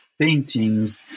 paintings